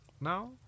now